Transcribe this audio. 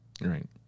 Right